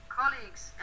colleagues